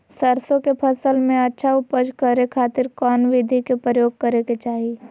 सरसों के फसल में अच्छा उपज करे खातिर कौन विधि के प्रयोग करे के चाही?